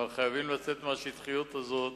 ואנחנו חייבים לצאת מהשטחיות הזאת.